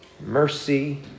mercy